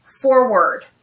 forward